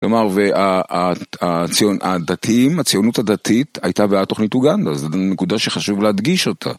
כלומר, והדתיים, הציונות הדתית הייתה בעד תוכנית אוגנדה, זה נקודה שחשוב להדגיש אותה.